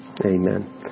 Amen